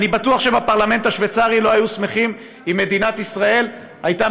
אני בטוח שבפרלמנט השווייצרי לא היו שמחים אם מדינת ישראל הייתה